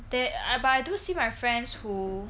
that I but I do see my friends who